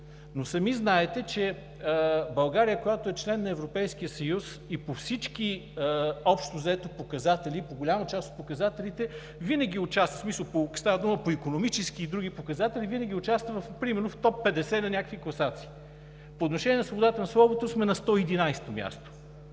Но сами знаете, че България, която е член на Европейския съюз и по всички общо взето показатели – по голяма част от показателите, става дума по икономически и други показатели, винаги участва примерно в топ 50 на някакви класации. По отношение на свободата на словото сме на 111-то място.